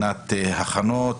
הכנות,